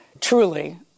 truly